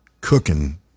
cooking